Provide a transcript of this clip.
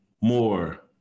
more